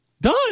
Done